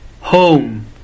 Home